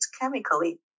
chemically